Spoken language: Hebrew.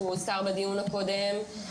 שהוזכר בדיון הקודם,